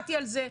הצבעתי על זה.